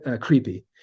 creepy